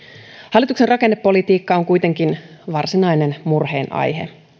hallituksen rakennepolitiikka on kuitenkin varsinainen murheen aihe